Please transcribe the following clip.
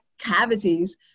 cavities